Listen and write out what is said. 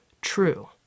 true